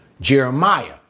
Jeremiah